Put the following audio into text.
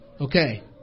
Okay